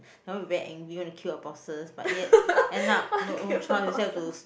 then we very angry want to kill our bosses but yet end up no no choice we still have to